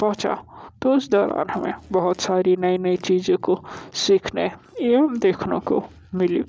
पहुँचा तो उस दौरान हमें बहुत सारी नई नई चीज़ों को सीखने एवं देखने को मिली